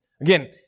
Again